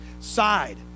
side